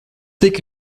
tik